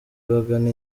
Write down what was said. bagana